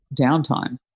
downtime